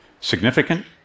Significant